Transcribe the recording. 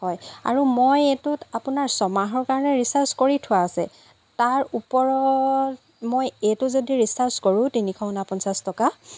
হয় আৰু মই এইটোত আপোনাৰ ছমাহৰ কাৰণে ৰিৰ্ছাজ কৰি থোৱা আছে তাৰ ওপৰত মই এইটো যদি ৰিৰ্ছাজ কৰোঁ তিনিশ ঊনপঞ্চাছ টকা